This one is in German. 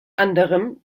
anderem